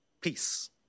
peace